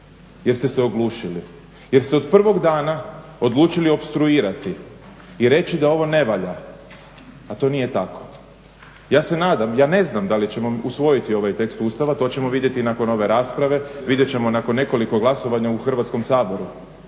Jer ste se oglušili, jer ste od prvog dana odlučili opstruirati i reći da ovo ne valja, a to nije tako. Ja se nadam, ja ne znam da li ćemo usvojiti ovaj tekst Ustava, to ćemo vidjeti nakon ove rasprave, vidjet ćemo nakon nekoliko glasovanja u Hrvatskom saboru